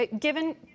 Given